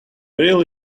really